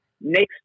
next